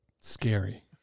scary